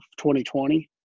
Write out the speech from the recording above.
2020